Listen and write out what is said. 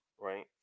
right